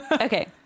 Okay